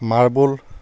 marble